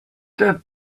that